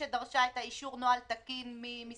של ועדת הכספים,